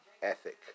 Ethic